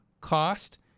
cost